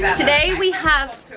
today we have,